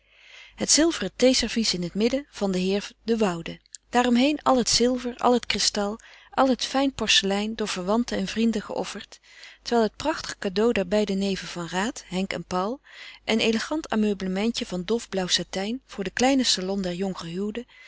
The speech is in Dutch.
het zilveren theeservies in het midden van den heer de woude daar omheen al het zilver al het kristal al het fijn porselein door verwanten en vrienden geofferd terwijl het prachtig cadeau der beide neven van raat henk en paul een elegant ameublementje van dof blauw satijn voor den kleinen salon der jonggehuwden